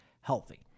healthy